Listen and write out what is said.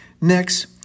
Next